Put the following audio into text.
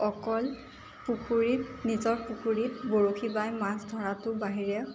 অকল পুখুৰীত নিজৰ পুখুৰীত বৰশী বাই মাছ ধৰাটোৰ বাহিৰে